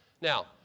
Now